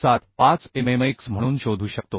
75 mmx म्हणून शोधू शकतो